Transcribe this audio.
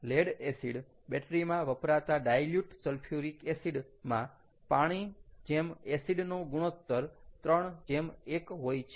lead acid battery માં વપરાતા dilute sulphuric acid માં પાણીએસિડના ગુણોત્તર 31 હોય છે